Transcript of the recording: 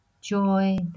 joy